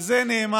על זה נאמר,